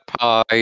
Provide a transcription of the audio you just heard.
pie